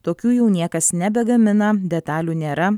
tokių jau niekas nebegamina detalių nėra